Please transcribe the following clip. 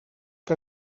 que